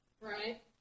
Right